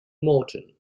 morton